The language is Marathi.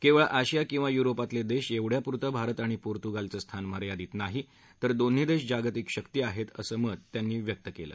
केवळ आशिया किंवा युरोपातले देश एवढ्यापुरतं भारत आणि पोर्तुगालचं स्थान मर्यादित नाही तर दोन्ही देश जागतिक शक्ती आहेत असं मत त्यांनी व्यक्त केलं